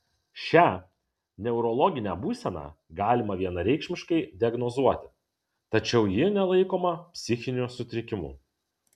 šią neurologinę būseną galima vienareikšmiškai diagnozuoti tačiau ji nelaikoma psichiniu sutrikimu